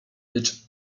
lecz